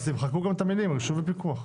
אז תמחקו גם את המילים "רישוי ופיקוח".